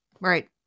Right